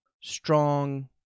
strong